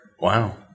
Wow